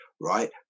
right